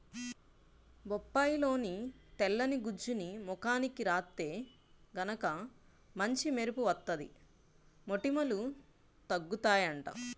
బొప్పాయిలోని తెల్లని గుజ్జుని ముఖానికి రాత్తే గనక మంచి మెరుపు వత్తది, మొటిమలూ తగ్గుతయ్యంట